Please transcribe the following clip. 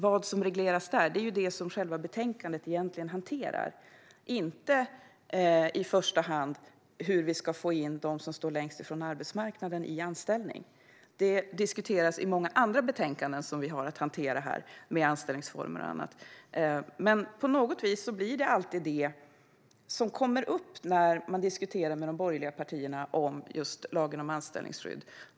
Vad som regleras där är egentligen det som betänkandet hanterar, inte i första hand hur vi ska få in dem som står längst ifrån arbetsmarknaden i anställning. Det diskuteras i många andra betänkanden som vi har att hantera, till exempel om arbetsformer och annat. På något sätt är det alltid detta som kommer upp när man diskuterar lagen om anställningsskydd med de borgerliga partierna.